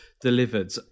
delivered